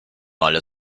ale